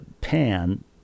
pan